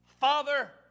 father